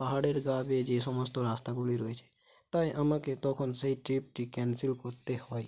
পাহাড়ের গা বেয়ে যে সমস্ত রাস্তাগুলি রয়েছে তাই আমাকে তখন সেই ট্রিপটি ক্যানসেল করতে হয়